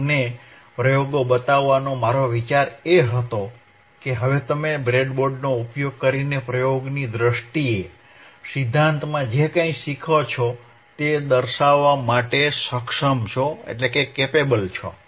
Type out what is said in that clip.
તમને પ્રયોગો બતાવવાનો મારો વિચાર એ હતો કે હવે તમે બ્રેડબોર્ડનો ઉપયોગ કરીને પ્રયોગની દ્રષ્ટિએ સિદ્ધાંતમાં જે કંઈ શીખો છો તે દર્શાવવા માટે સક્ષમ છો